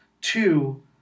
Two